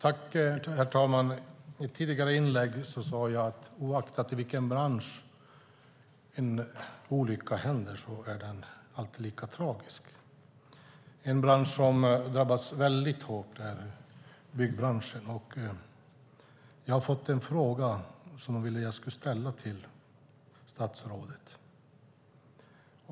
Herr talman! I mitt tidigare inlägg sade jag att oaktat i vilken bransch en olycka händer är den alltid lika tragisk. En bransch som drabbats väldigt hårt är byggbranschen. Jag har fått en fråga som man ville att jag skulle ställa till statsrådet.